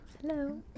Hello